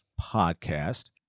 podcast